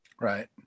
right